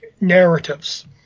narratives